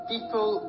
People